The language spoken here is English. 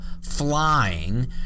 flying